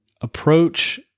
approach